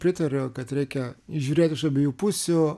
pritariu kad reikia žiūrėt iš abiejų pusių